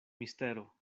mistero